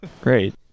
Great